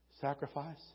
sacrifice